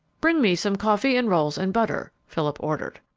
bring me some coffee and rolls and butter, philip ordered.